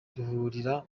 duhurira